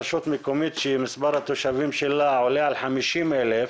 רשות מקומית שמספר התושבים שלה עולה על 50,000,